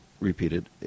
repeated